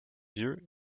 vieux